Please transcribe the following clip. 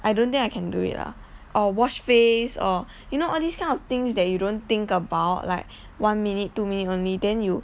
I don't think I can do it lah or wash face or you know all these kind of things that you don't think about like one minute two minute only then you